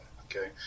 okay